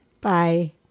bye